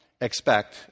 expect